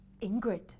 Ingrid